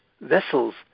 vessels